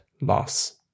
loss